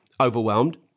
overwhelmed